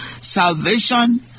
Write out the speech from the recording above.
salvation